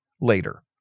later